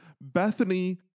Bethany